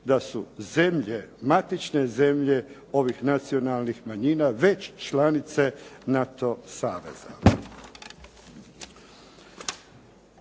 da su zemlje, matične zemlje ovih nacionalnih manjina već članice NATO saveza.